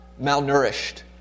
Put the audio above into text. malnourished